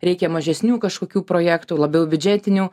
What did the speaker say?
reikia mažesnių kažkokių projektų labiau biudžetinių